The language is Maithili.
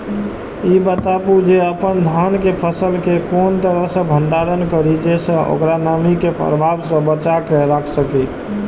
ई बताऊ जे अपन धान के फसल केय कोन तरह सं भंडारण करि जेय सं ओकरा नमी के प्रभाव सं बचा कय राखि सकी?